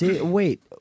wait